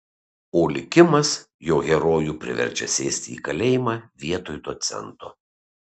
o likimas jo herojų priverčia sėsti į kalėjimą vietoj docento